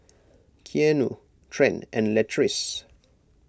Keanu Trent and Latrice